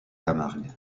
camargue